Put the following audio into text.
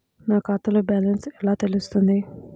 నా ఖాతాలో బ్యాలెన్స్ ఎలా తెలుస్తుంది?